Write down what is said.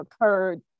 occurred